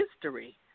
history